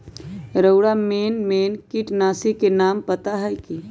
रउरा main main किटनाशी के नाम पता हए कि?